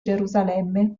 gerusalemme